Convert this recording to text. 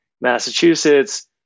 Massachusetts